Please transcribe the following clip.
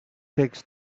takes